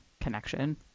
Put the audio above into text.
connection